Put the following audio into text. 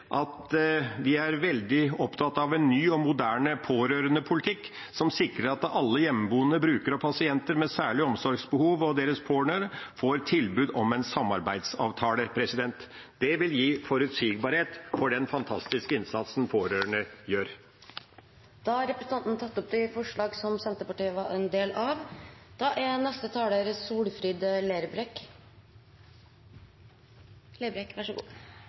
at vi er veldig opptatt av en ny og moderne pårørendepolitikk, som sikrer at alle hjemmeboende brukere og pasienter med særlige omsorgsbehov og deres pårørende får tilbud om en samarbeidsavtale. Det vil gi forutsigbarhet for den fantastiske innsatsen pårørende gjør. Representanten Per Olaf Lundteigen har tatt opp de